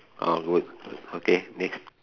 orh good okay next